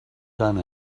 done